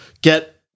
get –